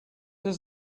does